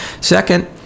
second